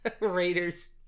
Raiders